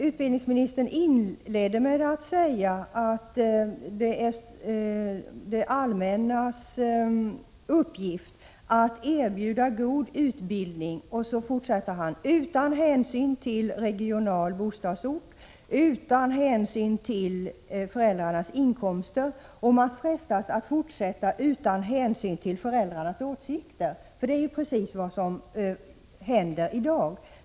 Utbildningsministern inledde med att säga att det är det allmännas uppgift att erbjuda god utbildning. Sedan tillade han: utan hänsyn till bostadsort och utan hänsyn till föräldrarnas inkomster. Man frestas fortsätta uppräkningen och säga: utan hänsyn till föräldrarnas åsikter. Det är ju precis så det förhåller sig i dag.